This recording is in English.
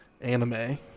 anime